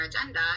agenda